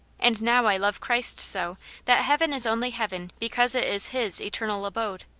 and now i love christ so that heaven is only heaven be cause it is his eternal abode.